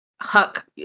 huck